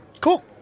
Cool